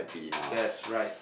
that's right